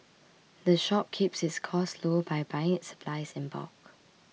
the shop keeps its costs low by buying its supplies in bulk